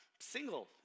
single